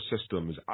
systems